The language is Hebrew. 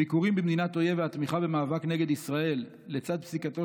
הביקורים במדינת אויב והתמיכה במאבק נגד ישראל לצד פסיקתו